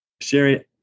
Sherry